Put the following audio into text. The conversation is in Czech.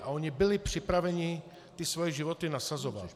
A oni byli připraveni svoje životy nasazovat.